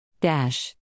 Dash